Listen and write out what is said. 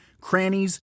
crannies